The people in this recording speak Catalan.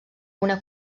una